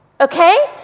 okay